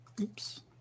Oops